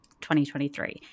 2023